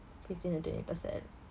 fifteen to twenty percent